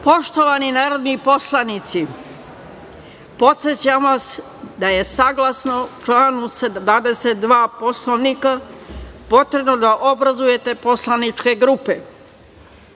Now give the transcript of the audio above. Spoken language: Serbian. periodu. Poštovani narodni poslanici, podsećam vas da je saglasno članu 22. Poslovnika potrebno da obrazujete poslaničke grupe. Takođe